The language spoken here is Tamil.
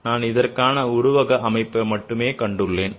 ஆகவே நான் இதற்கான உருவக அமைப்பை மட்டுமே கண்டுள்ளோம்